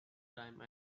time